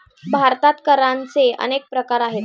भारतात करांचे अनेक प्रकार आहेत